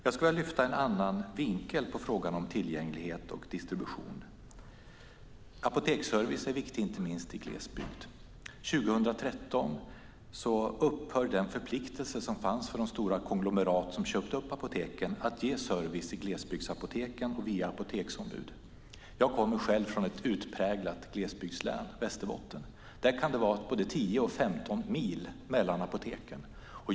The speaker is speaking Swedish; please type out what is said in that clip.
Jag skulle vilja lyfta upp en annan vinkel på frågan om tillgänglighet och distribution. Apoteksservice är viktig inte minst i glesbygd. År 2013 upphör den förpliktelse som fanns för de stora konglomerat som köpte upp apoteken att ge service i glesbygdsapoteken och via apoteksombud. Jag kommer själv från ett utpräglat glesbygdslän, Västerbotten. Där kan det vara både 10 och 15 mil mellan apoteken.